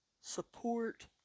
support